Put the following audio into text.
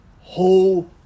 whole